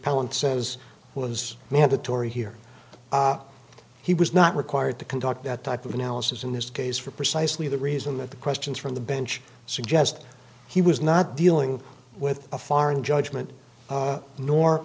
appellant says was mandatory here he was not required to conduct that type of analysis in this case for precisely the reason that the questions from the bench suggest he was not dealing with a foreign judgment